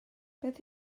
beth